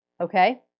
okay